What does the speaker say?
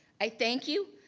i thank you.